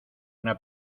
una